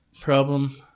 problem